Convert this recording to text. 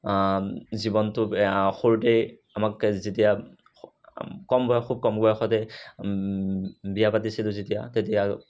জীৱনটো সৰুতেই আমাক যেতিয়া কম বয়স খুব কম বয়সতেই বিয়া পাতিছিলো যেতিয়া তেতিয়া